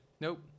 Nope